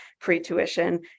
pre-tuition